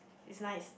is nice